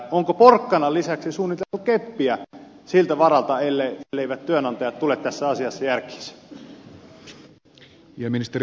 onko porkkanan lisäksi suunniteltu keppiä siltä varalta etteivät työnantajat tule tässä asiassa järkiinsä